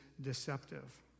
deceptive